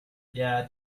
yeah